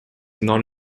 non